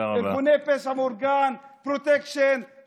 הייתי מציע לאנשים לפעמים לצאת מהמקום החמים הזה,